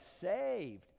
saved